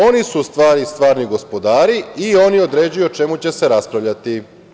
Oni su u stvari stvarni gospodari i oni određuju o čemu će se raspravljati.